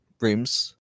rooms